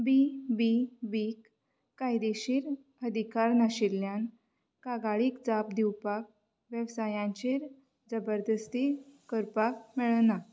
बी बी बीक कायदेशीर अधिकार नाशिल्ल्यान कागाळीक जाप दिवपाक वेवसायांचेर जबरदस्ती करपाक मेळना